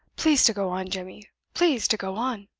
please to go on, jemmy please to go on.